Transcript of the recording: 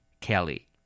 Kelly